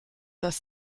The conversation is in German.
das